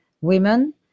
women